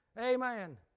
Amen